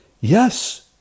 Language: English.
yes